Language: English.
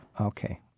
Okay